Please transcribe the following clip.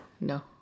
No